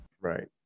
Right